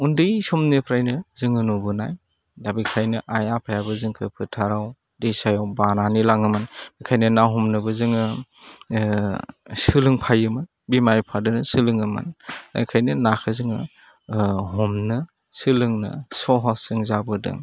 उन्दै समनिफ्रायनो जोङो नुबोनाय दा बेखायनो आइ आफायाबो जोंखौ फोथाराव दैसायाव बानानै लाङोमोन ओंखायनो ना हमनोबो जोङो सोलोंफायोमोन बिमा बिफाजों सोलोङोमोन ओंखायनो नाखौ जोङो हमनो सोलोंनो सहस जों जाबोदों